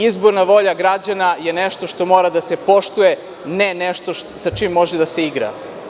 Izborna volja građana je nešto što mora da se poštuje, ne nešto sa čim može da se igra.